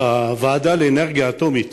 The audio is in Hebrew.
שהוועדה לאנרגיה אטומית